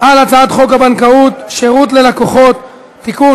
על הצעת חוק הבנקאות (שירות ללקוח) (תיקון,